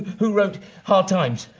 who wrote hard times?